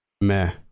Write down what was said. meh